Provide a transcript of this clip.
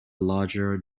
larger